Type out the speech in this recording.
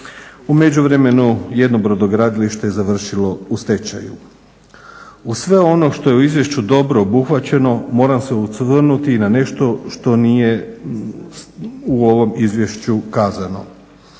U međuvremenu jedno brodogradilište je završilo u stečaju. Uz sve ono što je u izvješću dobro obuhvaćeno moram se osvrnuti i na nešto što nije u ovom izvješću kazano,